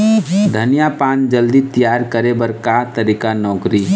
धनिया पान जल्दी तियार करे बर का तरीका नोकरी?